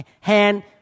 hand